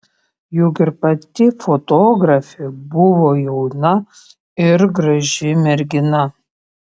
juk ir pati fotografė buvo jauna ir graži mergina